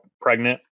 pregnant